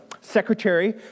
secretary